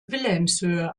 wilhelmshöhe